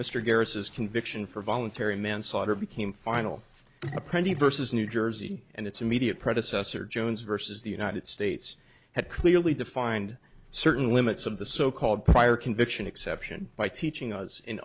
as conviction for voluntary manslaughter became final a pretty versus new jersey and its immediate predecessor jones versus the united states had clearly defined certain limits of the so called prior conviction exception by teaching us in